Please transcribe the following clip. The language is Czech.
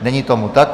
Není tomu tak.